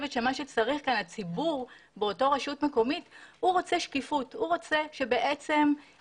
הציבור באותה רשות מקומית רוצה שקיפות, שיצהירו.